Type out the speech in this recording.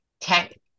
tech